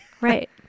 Right